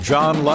John